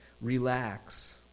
Relax